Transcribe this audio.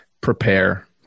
prepare